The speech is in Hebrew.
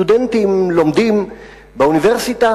סטודנטים לומדים באוניברסיטה